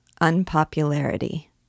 Unpopularity